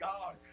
God